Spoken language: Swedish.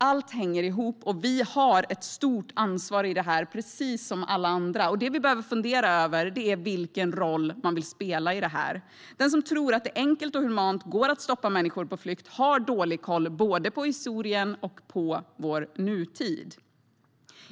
Allt hänger ihop, och vi har ett stort ansvar i detta precis som alla andra. Det vi behöver fundera över är vilken roll man vill spela i det här. Den som tror att det enkelt och humant går att stoppa människor på flykt har dålig koll både på historien och på vår nutid.